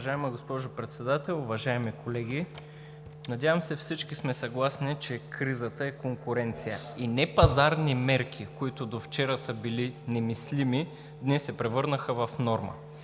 Уважаема госпожо Председател, уважаеми колеги! Надявам се, всички сме съгласни, че кризата е конкуренция и непазарни мерки, които до вчера са били немислими, днес се превърнаха в норма.